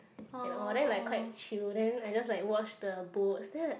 and all that like quite chill then I just like watch the boats then